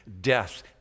death